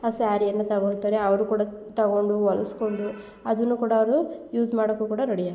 ಆ ಸ್ಯಾರಿಯನ್ನ ತಗೊಳ್ತಾರೆ ಅವರು ಕೂಡ ತಗೊಂಡು ಹೊಲಿಸ್ಕೊಂಡು ಅದನ್ನು ಕೂಡ ಅವರು ಯೂಸ್ ಮಾಡಕು ಕೂಡ ರೆಡಿಯಾ